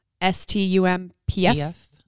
S-T-U-M-P-F